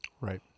Right